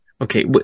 Okay